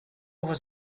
was